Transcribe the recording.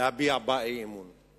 להביע אי-אמון בה.